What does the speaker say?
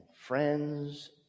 friends